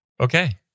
Okay